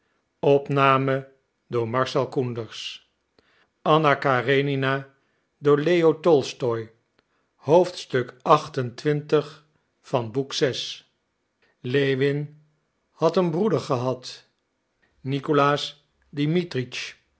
lewin had een broeder gehad